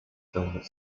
somewhat